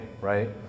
right